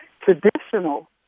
traditional